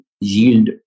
yield